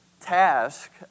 task